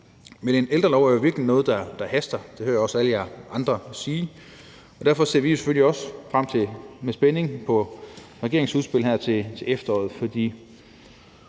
Men en ældrelov er jo virkelig noget, der haster. Det hører jeg også alle I andre sige. Derfor ser vi jo selvfølgelig også med spænding frem til regeringens udspil her til efteråret,